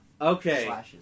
okay